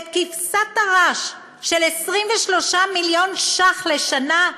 ואת כבשת הרש של 23 מיליון ש"ח לשנה,